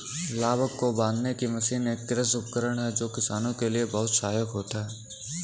लावक को बांधने की मशीन एक कृषि उपकरण है जो किसानों के लिए बहुत सहायक होता है